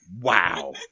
Wow